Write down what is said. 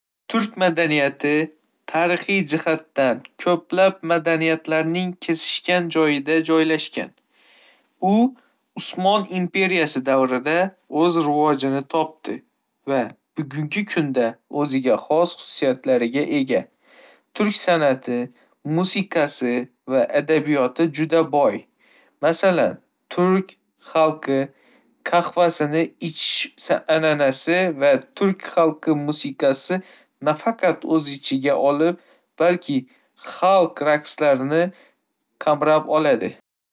Turk madaniyati tarixiy jihatdan ko'plab madaniyatlarning kesishgan joyida joylashgan. U Osmon imperiyasi davrida o'z rivojini topdi va bugungi kunda o'ziga xos xususiyatlarga ega. Turk san'ati, musiqasi va adabiyoti juda boy, Masalan, turk xalqi qahvasini ichish an'anasi va turk xalqi musiqasi nafaqat o'z ichiga olib, balki xalq raqslarini ham qamrab.